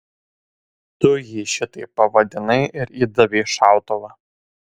tu jį šitaip pavadinai ir įdavei šautuvą